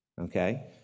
okay